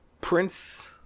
Prince